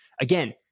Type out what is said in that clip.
Again